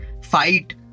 fight